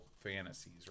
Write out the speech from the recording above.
Fantasies